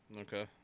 Okay